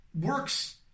works